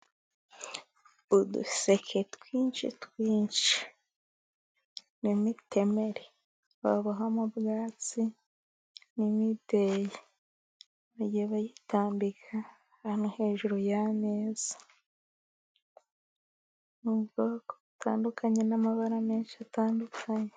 Uduseke twinshi twinshi,n' mitemeri, babohamo ubwatsi n'imideyi, bayitambika ahantu hejuru y'ameza, nubwoko butandukanye, n'amabara menshi atandukanye.